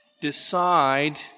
decide